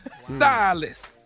stylist